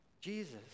Jesus